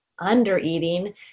undereating